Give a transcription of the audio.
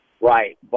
Right